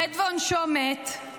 החטא ועונשו מת,